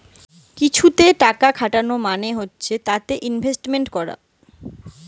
কিছুতে টাকা খাটানো মানে হচ্ছে তাতে ইনভেস্টমেন্ট করা